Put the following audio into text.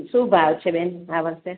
શું ભાવ છે બેન આ વર્ષે